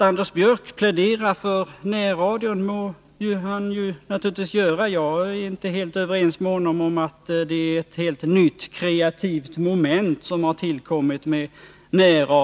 Anders Björck pläderar för närradion, och det må han naturligtvis göra. Jag ärinte helt överens med honom om att det är ett nytt och kreativt moment som har tillkommit.